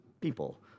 people